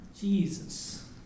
Jesus